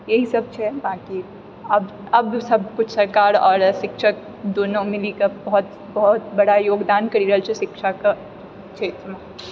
यही सब छै बाँकी आब आब सब किछु सरकार आओर शिक्षक दुनू मिलिकऽ बहुत बहुत बड़ा योगदान करि रहल छै शिक्षाके क्षेत्रमे